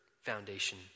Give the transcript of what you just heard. foundation